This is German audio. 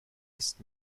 ist